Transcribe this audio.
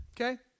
Okay